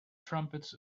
trumpets